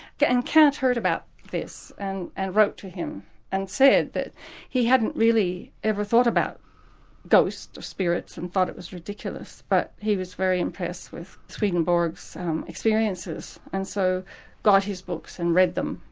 and kant heard about this and and wrote to him and said that he hadn't really ever thought about ghosts spirits, and thought it was ridiculous, but he was very impressed with swedenborg's experiences, and so got his books and read them,